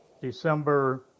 December